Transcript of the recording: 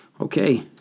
Okay